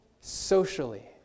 socially